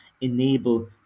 enable